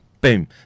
Boom